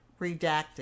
Redacted